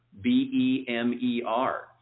B-E-M-E-R